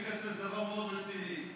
משום שמחירי הדולר והאירו בירידה,